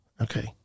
okay